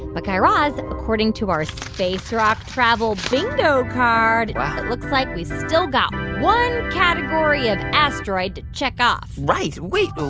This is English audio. but guy raz, according to our space rock travel bingo card. what. it looks like we've still got one category of asteroid to check off right. wait.